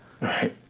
Right